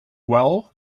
well